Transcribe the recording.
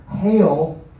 hail